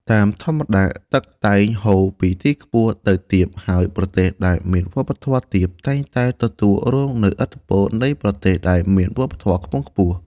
តាមធម្មតា ទឹកតែងហូរពីខ្ពស់ទៅទាប ហើយប្រទេសដែលមានវប្បធម៌ទាបតែងតែទទួលរងនូវឥទ្ធិពលនៃប្រទេសដែលមានវប្បធម៌ខ្ពង់ខ្ពស់។